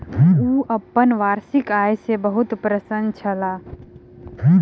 ओ अपन वार्षिक आय सॅ बहुत प्रसन्न छलाह